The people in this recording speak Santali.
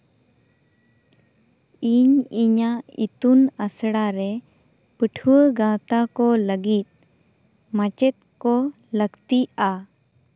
ᱤᱧ ᱤᱧᱟᱹᱜ ᱤᱛᱩᱱ ᱟᱥᱲᱟᱨᱮ ᱯᱟᱹᱴᱷᱩᱣᱟᱹ ᱜᱟᱶᱛᱟ ᱠᱚ ᱞᱟᱹᱜᱤᱫ ᱢᱟᱪᱮᱫ ᱠᱚ ᱞᱟᱹᱠᱛᱤᱜᱼᱟ